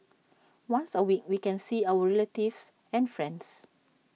once A week we can see our relatives and friends